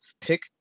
pick